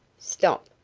stop.